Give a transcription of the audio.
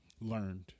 learned